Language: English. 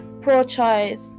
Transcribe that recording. pro-choice